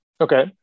Okay